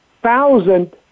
thousand